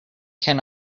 can